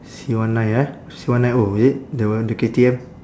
C one nine eh C one nine O is it the the K_T_M